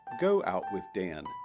GoOutWithDan